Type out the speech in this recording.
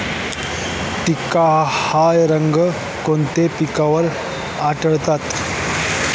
टिक्का हा रोग कोणत्या पिकावर आढळतो?